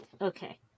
Okay